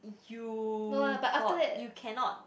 you got you cannot